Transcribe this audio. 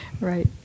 Right